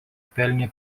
pelnė